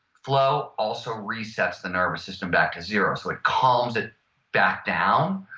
flow also resets the nervous system back to zero. so it calms it back down.